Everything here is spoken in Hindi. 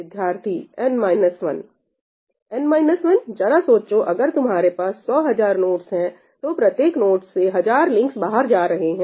विद्यार्थी n 1 जरा सोचो अगर तुम्हारे पास सौ हजार नोडस हैं तो प्रत्येक नोड से हजार लिंक्स बाहर जा रहे हैं